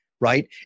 right